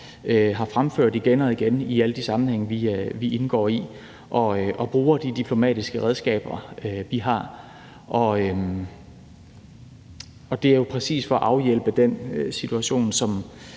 har fremført igen og igen i alle de sammenhænge, vi indgår i, og vi bruger de diplomatiske redskaber, vi har. Det er jo præcis for at afhjælpe den situation,